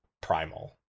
primal